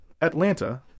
Atlanta